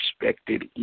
expected